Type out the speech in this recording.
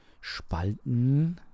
Spalten